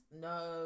No